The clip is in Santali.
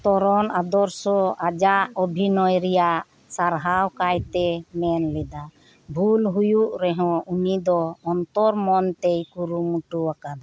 ᱛᱚᱨᱚᱱ ᱟᱫᱚᱨᱥᱚ ᱟᱡᱟᱜ ᱚᱵᱷᱤᱱᱚᱭ ᱨᱮᱭᱟᱜ ᱥᱟᱨᱦᱟᱣ ᱠᱟᱭᱛᱮ ᱢᱮᱱᱞᱮᱫᱟ ᱵᱷᱩᱞ ᱦᱩᱭᱩᱜ ᱨᱮᱦᱚᱸ ᱩᱱᱤᱫᱚ ᱚᱱᱛᱚᱨ ᱢᱚᱱᱛᱮᱭ ᱠᱩᱨᱩ ᱢᱩᱴᱩ ᱟᱠᱟᱫᱟ